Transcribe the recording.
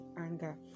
anger